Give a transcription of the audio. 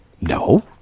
No